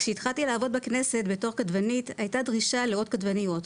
כשהתחלתי לעבוד בכנסת בתור כתבנית הייתה דרישה לעוד כתבניות,